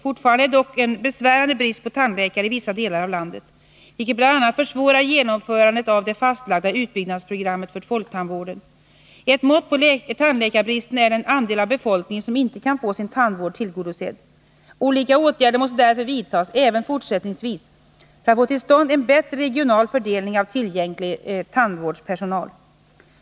Fortfarande är det dock en besvärande brist på tandläkare i vissa delar av landet, vilket bl.a. försvårar genomförandet av det fastlagda utbyggnadsprogrammet för folktandvården. Ett mått på tandläkarbristen är den andel av befolkningen som inte kan få sin tandvård tillgodosedd. Olika åtgärder måste därför vidtas även fortsättningsvis för att få till stånd en bättre regional fördelning av tillgänglig tandvårdspersonal.